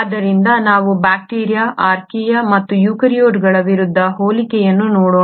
ಆದ್ದರಿಂದ ನಾವು bacteria archaea ಮತ್ತು ಯೂಕ್ಯಾರಿಯೋಟ್ಗಳ ವಿರುದ್ಧ ಹೋಲಿಕೆಯನ್ನು ನೋಡೋಣ